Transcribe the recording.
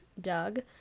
Doug